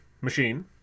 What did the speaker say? machine